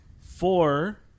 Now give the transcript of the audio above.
four